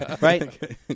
Right